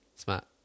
Smart